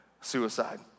suicide